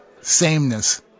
sameness